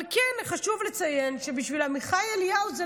אבל כן חשוב לציין שבשביל עמיחי אליהו זו